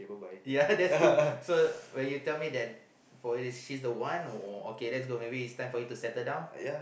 yeah that's two so when you tell me that she's the one maybe it's time for you to settle down